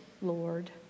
Lord